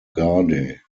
garde